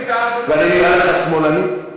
ואני נראה לך שמאלני?